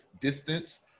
distance